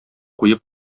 куеп